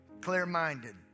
Clear-minded